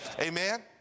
Amen